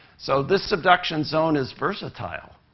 so this subduction zone is versatile.